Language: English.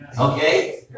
okay